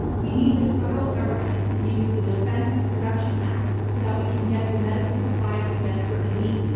we need the federal government to use the defense production act so that we can get the medical supplies we desperately need.